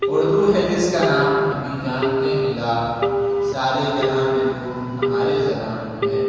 اردو ہے جس کا نام ہمیں جانتے ہیں داغ سارے جہاں میں دھوم ہمارے زبان کی ہے